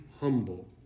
humble